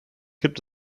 gibt